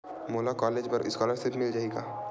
मोला कॉलेज बर स्कालर्शिप मिल जाही का?